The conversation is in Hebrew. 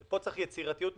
פה צריך יצירתיות משפטית,